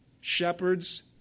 Shepherds